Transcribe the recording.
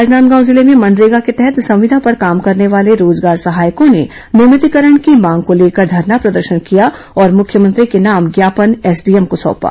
राजनांदगांव जिले में मनरेगा के तहत संविदा पर काम करने वाले रोजगार सहायकों ने नियमितिकरण की मांग को लेकर धरना प्रदर्शन किया और मुख्यमंत्री के नाम ज्ञापन एसडीएम को सौंपा